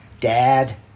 Dad